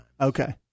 Okay